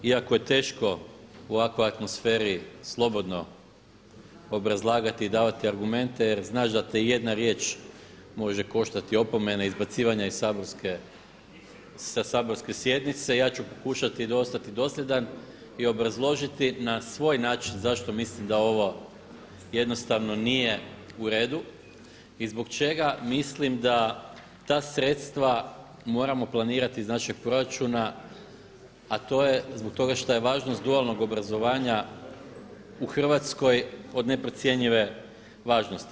Iako je teško u ovakvoj atmosferi slobodno obrazlagati i davati argumente jer znaš da te jedna riječ može koštati opomene i izbacivanja iz saborske, sa saborske sjednice ja ću pokušati ostati dosljedan i obrazložiti na svoj način zašto mislim da ovo jednostavno nije u redu i zbog čega mislim da ta sredstva moramo planirati iz našeg proračuna a to je zbog toga što je važnost dualnog obrazovanja u Hrvatskoj od neprocjenjive važnosti.